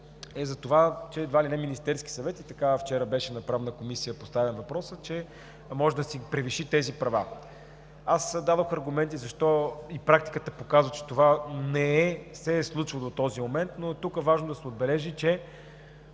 е за това, че едва ли не Министерският съвет – вчера на Правната комисия беше поставен въпросът, може да превиши тези права. Аз дадох аргументи защо – и практиката показва, че това не се е случвало до този момент. Но тук е важно да се отбележи, че